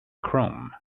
chrome